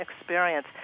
experience